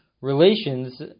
relations